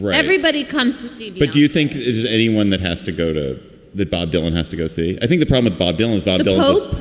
everybody comes to see. but do you think anyone that has to go to the bob dylan has to go see? i think the problem bob dylan's body blow up.